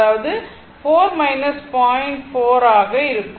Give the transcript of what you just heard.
அதாவது 4 0 4 ஆம்பியர் ஆகும்